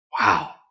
Wow